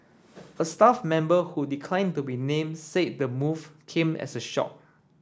a staff member who declined to be named said the move came as a shock